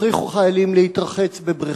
יכריחו חיילים להתרחץ בבריכה,